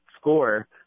score